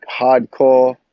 hardcore